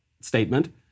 statement